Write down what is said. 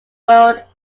world